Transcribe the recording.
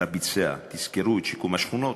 אלא ביצע: תזכרו את שיקום השכונות,